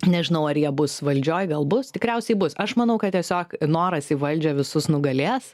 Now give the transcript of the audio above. nežinau ar jie bus valdžioj gal bus tikriausiai bus aš manau kad tiesiog noras į valdžią visus nugalės